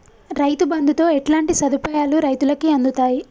రైతు బంధుతో ఎట్లాంటి సదుపాయాలు రైతులకి అందుతయి?